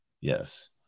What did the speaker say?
Yes